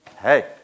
Hey